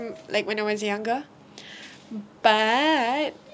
like when I was younger but